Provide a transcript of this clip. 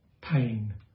pain